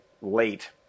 late